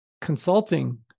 consulting